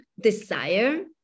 desire